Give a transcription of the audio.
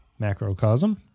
macrocosm